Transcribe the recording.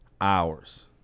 hours